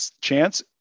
chance